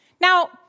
Now